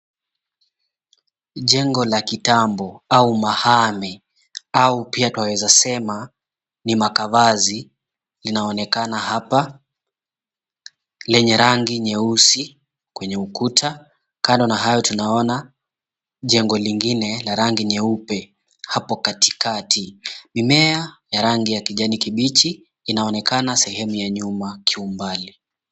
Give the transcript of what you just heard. Jengo la kitambo au mahame au pia twaweza sema ni makavazi inaonekana hapa lenye rangi nyeusi kwenye ukuta. Kando na hayo tunaona jengo lingine la rangi nyeupe hapo katikati. Mimea ya rangi ya kijani kibichi inaonekana sehemu ya nyuma kiumbali.